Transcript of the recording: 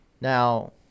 Now